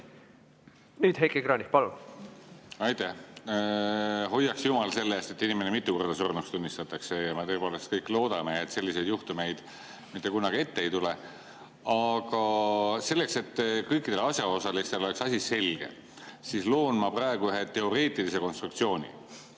Nüüd Heiki Kranich. Palun! Aitäh! Hoiaks jumal selle eest, et inimene mitu korda surnuks tunnistatakse. Me tõepoolest kõik loodame, et selliseid juhtumeid mitte kunagi ette ei tule. Aga selleks, et kõikidel asjaosalistel oleks asi selge, loon ma praegu ühe teoreetilise konstruktsiooni.